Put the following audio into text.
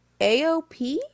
AOP